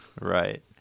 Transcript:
Right